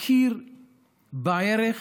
הכיר בערך